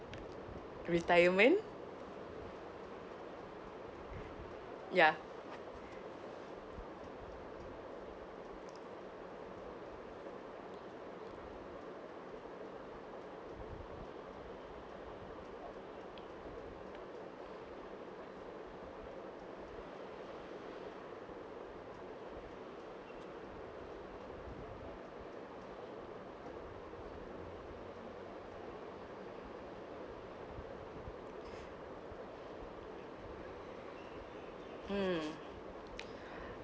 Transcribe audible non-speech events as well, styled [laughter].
retirement ya um [breath]